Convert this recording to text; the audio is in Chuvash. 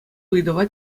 ыйтӑва